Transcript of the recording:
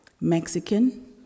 Mexican